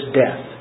death